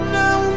now